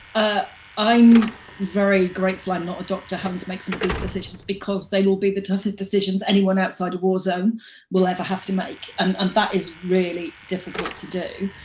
ah i'm very grateful i'm not a doctor having to make some of these decisions, because they will be the toughest decisions anyone outside of war zone will ever have to make. and and that is really difficult to do.